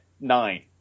nine